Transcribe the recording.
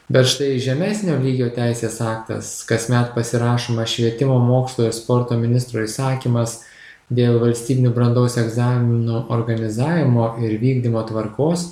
bet štai žemesnio lygio teisės aktas kasmet pasirašomas švietimo mokslo ir sporto ministro įsakymas dėl valstybinių brandos egzaminų organizavimo ir vykdymo tvarkos